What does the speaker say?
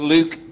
Luke